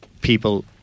people